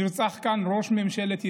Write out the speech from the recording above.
נרצח כאן ראש ממשלת ישראל,